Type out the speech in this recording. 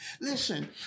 Listen